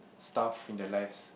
stuff in their lives